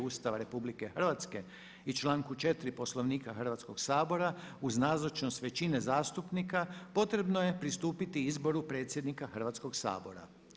Ustava RH i članku 4. Poslovnika Hrvatskog sabora uz nazočnost većine zastupnika, potrebno je pristupiti izboru predsjednika Hrvatskog sabora.